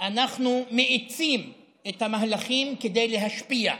שאנחנו מאיצים את המהלכים כדי להשפיע,